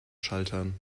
schaltern